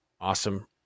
Awesome